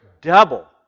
double